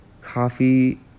coffee